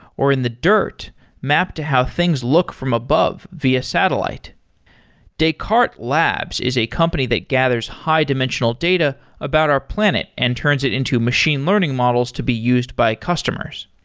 or in the dirt map to how things look from above via satellite descartes labs is a company that gathers high-dimensional data about our planet and turns it into machine learning models to be used by customers.